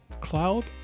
cloud